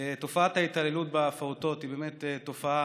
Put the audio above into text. תופעת ההתעללות בפעוטות היא באמת תופעה